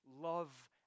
love